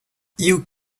you